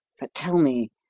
but tell me,